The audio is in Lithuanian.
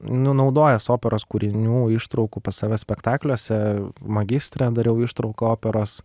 nu naudojęs operos kūrinių ištraukų pas save spektakliuose magistre dariau ištrauką operos